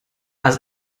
als